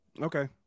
Okay